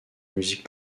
musique